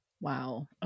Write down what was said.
Wow